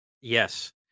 yes